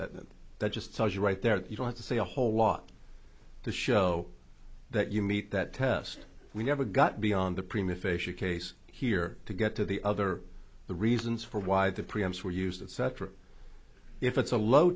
that that just tells you right there you don't have to say a whole lot to show that you meet that test we never got beyond the prima facia case here to get to the other the reasons for why the preamps were used at separate if it's a low